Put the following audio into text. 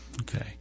Okay